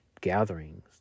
gatherings